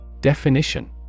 Definition